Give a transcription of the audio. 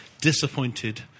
disappointed